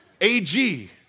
AG